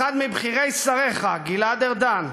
אחד מבכירי שריך, גלעד ארדן,